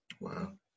wow